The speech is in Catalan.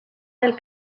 del